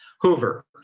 Hoover